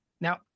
Now